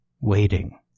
waiting